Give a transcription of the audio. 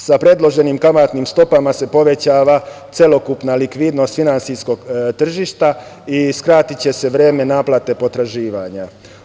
Sa predloženim kamatnim stopama se povećava celokupna likvidnost finansijskog tržišta i skratiće se vreme naplate potraživanja.